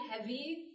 heavy